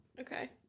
Okay